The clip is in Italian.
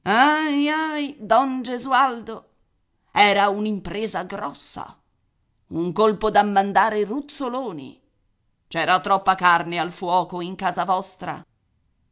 don gesualdo era un'impresa grossa un colpo da mandare ruzzoloni c'era troppa carne al fuoco in casa vostra